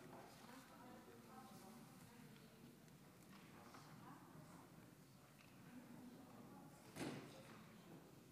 תודה